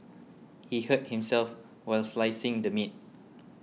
he hurt himself while slicing the meat